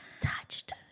Touched